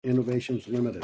innovation is limited